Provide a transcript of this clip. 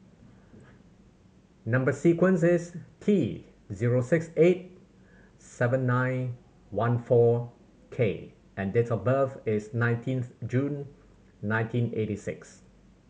number sequence is T zero six eight seven nine one four K and date of birth is nineteenth June nineteen eighty six